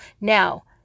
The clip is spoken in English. Now